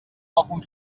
algun